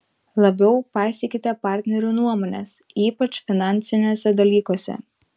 labiau paisykite partnerių nuomonės ypač finansiniuose dalykuose